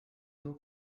your